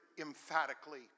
emphatically